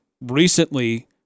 recently